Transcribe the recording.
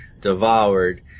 devoured